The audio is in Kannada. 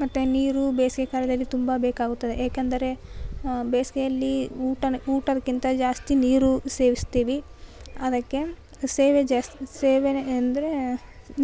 ಮತ್ತೆ ನೀರು ಬೇಸಿಗೆ ಕಾಲದಲ್ಲಿ ತುಂಬ ಬೇಕಾಗುತ್ತದೆ ಏಕೆಂದರೆ ಬೇಸಿಗೆಯಲ್ಲಿ ಊಟಕ್ಕಿಂತ ಜಾಸ್ತಿ ನೀರು ಸೇವಿಸ್ತೀವಿ ಅದಕ್ಕೆ ಸೇವೆ ಜಾಸ್ತಿ ಸೇವೆನೆ ಅಂದರೆ